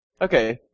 Okay